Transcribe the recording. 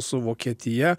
su vokietija